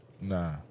Nah